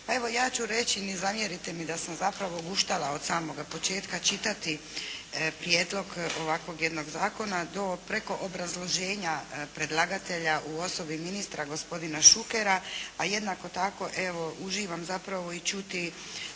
Pa evo ja ću reći, ne zamjerite mi da sam zapravo guštala od samoga početka čitati prijedlog ovakvog jednog zakona, do preko obrazloženja predlagatelja u osobi ministra gospodina Šukera, a jednako tako, evo, uživam zapravo i čuti